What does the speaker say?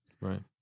Right